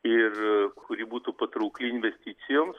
ir kuri būtų patraukli investicijoms